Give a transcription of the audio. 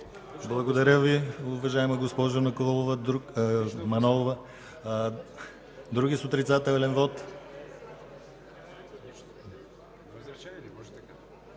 Благодаря Ви, уважаема госпожо Манолова. Други с отрицателен вот?